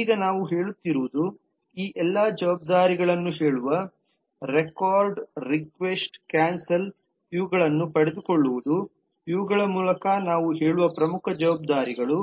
ಈಗ ನಾವು ಹೇಳುತ್ತಿರುವುದು ಈ ಎಲ್ಲ ಜವಾಬ್ದಾರಿಗಳನ್ನು ಹೇಳುವ ರೆಕಾರ್ಡ್ ರಿಕ್ವೆಸ್ಟ್ ಕ್ಯಾನ್ಸಲ್ ಇವುಗಳನ್ನು ಪಡೆದುಕೊಳ್ಳುವುದು ಇವುಗಳ ಮೂಲಕ ನಾವು ಹೇಳುವ ಪ್ರಮುಖ ಜವಾಬ್ದಾರಿಗಳು